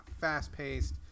fast-paced